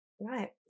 right